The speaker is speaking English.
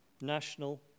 national